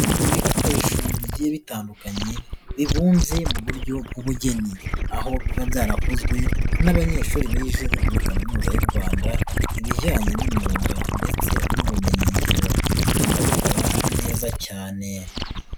Ibikoresho bigiye bitandukanye bibunze mu buryo bw'ubugeni, aho biba byarakozwe n'abanyeshuri bize muri kaminuza y'u Rwanda ibijyanye n'imyuga ndetse n'ubumenyin ngiro bakabikora neza cyane.